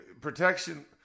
protection